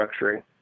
structuring